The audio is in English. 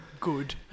Good